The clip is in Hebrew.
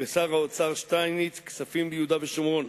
ושר האוצר שטייניץ כספים ליהודה ושומרון,